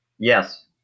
Yes